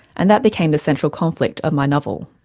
and that became the central conflict of my novel.